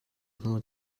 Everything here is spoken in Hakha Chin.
hnu